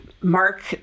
Mark